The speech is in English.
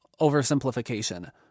oversimplification